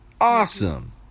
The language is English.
Awesome